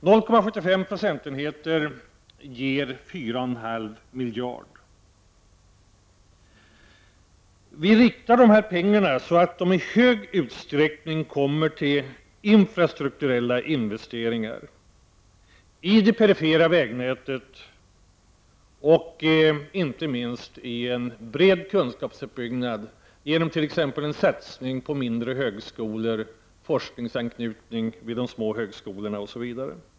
0,75 90 ger 4,5 miljarder. Vi riktar dessa pengar på ett sådant sätt att de i stor utsträckning går till infrastrukturella investeringar i det perifera vägnätet och inte minst i en bred kunskapsuppbyggnad, t.ex. genom en satsning på mindre högskolor, forskningsanknytning vid de små högskolorna, osv.